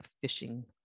fishing